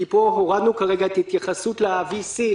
כי פה הורדנו כרגע את ההתייחסות ל-VC,